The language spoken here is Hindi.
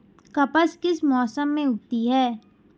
कपास किस मौसम में उगती है?